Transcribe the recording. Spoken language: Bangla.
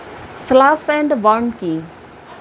স্লাস এন্ড বার্ন কি?